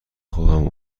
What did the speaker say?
خواهم